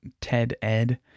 TED-Ed